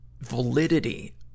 validity